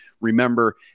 remember